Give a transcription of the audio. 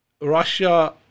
Russia